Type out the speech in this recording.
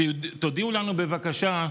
תודיעו לנו, בבקשה,